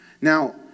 Now